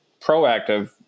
proactive